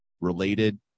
related